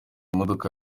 imodoka